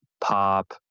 pop